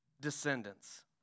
descendants